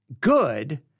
good